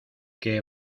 que